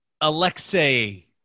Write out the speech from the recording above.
Alexei